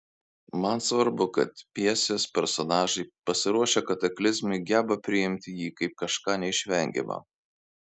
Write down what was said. man svarbu kad pjesės personažai pasiruošę kataklizmui geba priimti jį kaip kažką neišvengiama